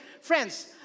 friends